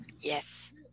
Yes